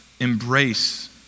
embrace